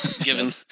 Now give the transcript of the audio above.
given